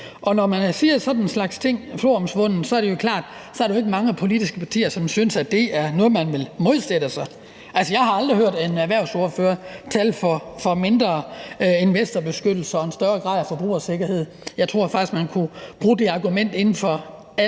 når man siger sådan en slags floromvundne ting, så er det jo klart, at der ikke er mange politiske partier, som synes, at det er noget, som de vil modsætte sig. Altså, jeg har aldrig hørt en erhvervsordfører tale for mindre investorbeskyttelse og en mindre grad af forbrugersikkerhed, og jeg tror faktisk, at man kunne bruge det argument inden for alt